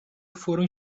foram